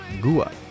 Gua